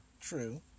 True